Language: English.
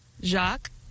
Jacques